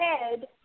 head